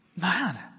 Man